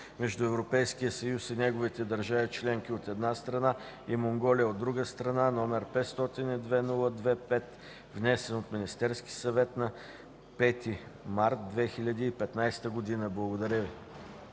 между Европейския съюз и неговите държави членки, от една страна, и Монголия, от друга страна, № 502-02-5, внесен от Министерския съвет на 5 март 2015 г.” Благодаря Ви.